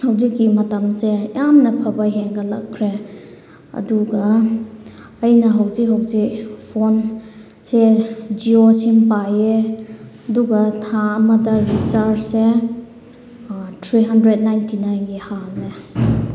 ꯍꯧꯖꯤꯛꯀꯤ ꯃꯇꯝꯁꯦ ꯌꯥꯝꯅ ꯐꯕ ꯍꯦꯟꯒꯠꯂꯛꯈ꯭ꯔꯦ ꯑꯗꯨꯒ ꯑꯩꯅ ꯍꯧꯖꯤꯛ ꯍꯧꯖꯤꯛ ꯐꯣꯟꯁꯦ ꯖꯤꯑꯣ ꯁꯤꯝ ꯄꯥꯏꯌꯦ ꯑꯗꯨꯒ ꯊꯥ ꯑꯃꯗ ꯔꯤꯆꯥꯔꯖꯁꯦ ꯊ꯭ꯔꯤ ꯍꯟꯗ꯭ꯔꯦꯠ ꯅꯥꯏꯟꯇꯤ ꯅꯥꯏꯟꯒꯤ ꯍꯥꯜꯂꯦ